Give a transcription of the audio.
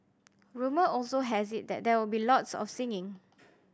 rumour also has it that there will be lots of singing